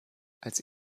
als